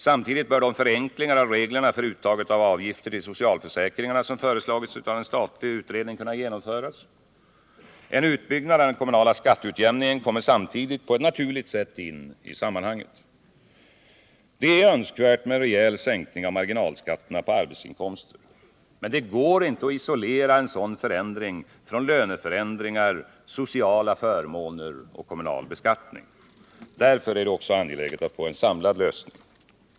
Samtidigt bör de förenklingar av reglerna för uttaget av avgifter till socialförsäkringarna som föreslagits av en statlig utredning kunna genomföras. En utbyggnad av den kommunala skatteutjämningen kommer samtidigt på ett naturligt sätt in i sammanhanget. Det är önskvärt med en rejäl sänkning av marginalskatterna på arbetsinkomster. Men det går inte att isolera en sådan förändring från löneförändringar, sociala förmåner och kommunal beskattning. Därför är det också angeläget att få en samlad lösning.